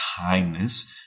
kindness